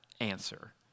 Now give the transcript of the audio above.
answer